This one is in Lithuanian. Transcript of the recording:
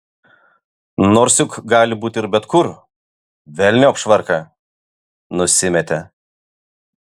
nors juk gali būti ir bet kur velniop švarką nusimetė